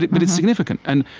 but it's significant. and